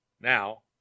now